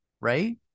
right